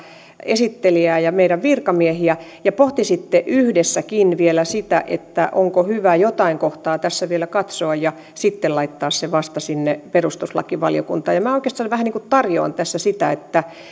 esittelijöitämme ja meidän virkamiehiämme ja pohtisitte yhdessäkin vielä sitä onko hyvä jotain kohtaa tässä vielä katsoa ja vasta sitten laittaa se sinne perustuslakivaliokuntaan minä oikeastaan vähän niin kuin tarjoan tässä sitä